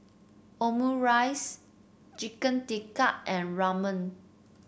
Omurice Chicken Tikka and Ramen